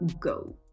go